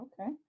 Okay